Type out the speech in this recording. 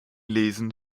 lesen